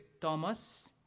Thomas